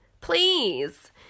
Please